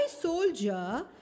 soldier